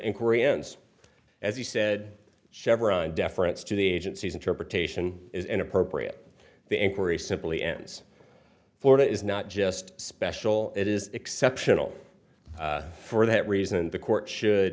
inquiry ends as you said chevron deference to the agency's interpretation is inappropriate the inquiry simply ends florida is not just special it is exceptional for that reason the court should